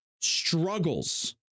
struggles